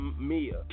Mia